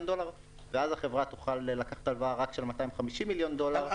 ואז החברה תוכל לקחת הלוואה רק של 250 מיליון דולר.